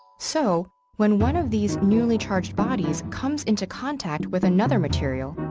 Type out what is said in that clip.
so when one of these newly charged bodies comes into contact with another material,